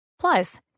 Plus